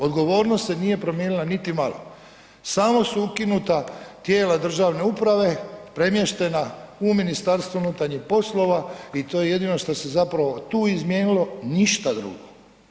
Odgovornost se nije promijenila niti malo, samo su ukinuta tijela državne uprave, premještena u Ministarstvo unutarnjih poslova i to je jedino što se zapravo tu izmijenilo, ništa drugo.